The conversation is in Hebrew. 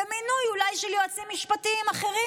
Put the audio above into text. ומינוי אולי של יועצים משפטיים אחרים,